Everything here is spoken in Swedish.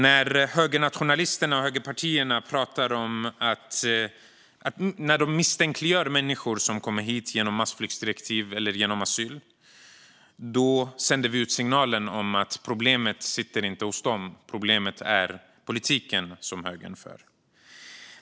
När högernationalisterna och högerpartierna misstänkliggör människor som kommer hit i enlighet med massflyktsdirektivet eller av asylskäl sänder vi ut signalen att problemet inte sitter hos dessa, utan problemet är den politik som högern för.